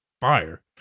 fire